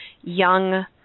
young